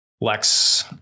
Lex